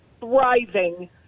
thriving